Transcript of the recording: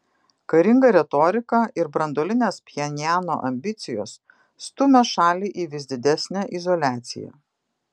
karinga retorika ir branduolinės pchenjano ambicijos stumia šalį į vis didesnę izoliaciją